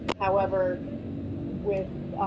however with